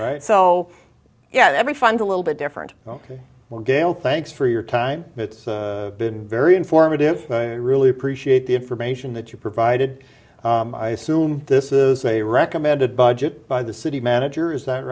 right so yeah every find a little bit different ok well gail thanks for your time it's been very informative i really appreciate the information that you provided i assume this is a recommended budget by the city manager is that